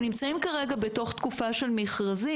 אנחנו נמצאים כרגע בתקופה של מכרזים